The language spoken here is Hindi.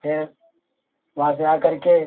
फिर वहाँ से आकर के